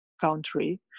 country